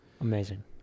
Amazing